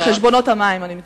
אני מתכוונת לחשבונות המים.